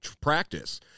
practice